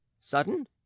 sudden